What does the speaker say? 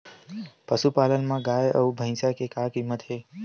पशुपालन मा गाय अउ भंइसा के का कीमत हे?